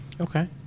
Okay